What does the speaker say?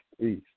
please